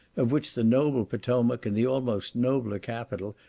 of which the noble potomac and the almost nobler capitol,